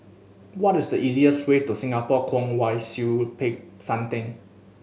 what is the easiest way to Singapore Kwong Wai Siew Peck San Theng